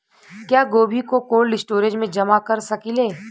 क्या गोभी को कोल्ड स्टोरेज में जमा कर सकिले?